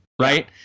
right